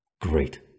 great